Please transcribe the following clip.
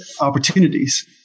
opportunities